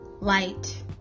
light